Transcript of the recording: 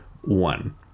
one